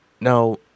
Now